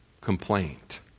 complaint